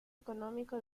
económico